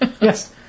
Yes